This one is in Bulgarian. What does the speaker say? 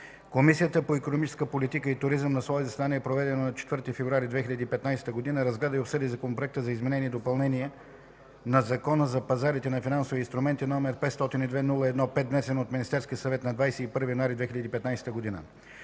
Комисията по икономическа политика и туризъм на свое заседание, проведено на 4 февруари 2015 г., разгледа и обсъди Законопроект за изменение и допълнение на Закона за пазарите на финансови инструменти, № 502-01-5, внесен от Министерския съвет на 21 януари 2015 г.